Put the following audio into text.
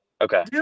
Okay